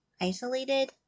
isolated